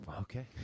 Okay